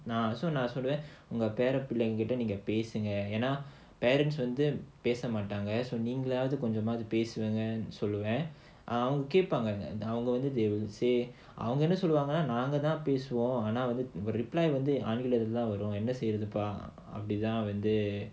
நான் சொல்வேன் உங்க பேர புள்ளைங்க கிட்ட பேசுங்க:naan solvaen unga pera pullainga kitta pesunga parents வந்து பேச மாட்டாங்க நீங்களாச்சும் வந்து கொஞ்சம் பேசுங்க சொல்லுவேன் அவங்க கேட்பாங்க அவங்க:vandhu pesamaattaanga neengalaachum vandhu konjam pesunga solvaen avanga ketpaanga avanga they will say அவங்க என்ன சொல்வாங்க நாங்க தான் பேசுவோம் அவங்க கம்மியாத்தான் வரும் என்ன பண்றதுப்பா:avanga enna solvaanga naangathaan pesuvom avanga kammiyaathaan varum enna pandrathuppa